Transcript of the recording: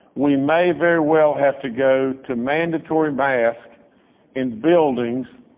we may very well have to go to mandatory bask in buildings,